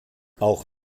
auch